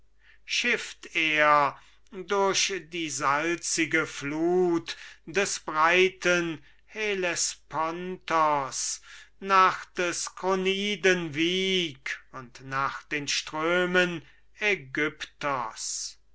schifft er durch die salzige flut des breiten hellespontos nach des kroniden wieg und nach dem strömen ägyptos